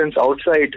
outside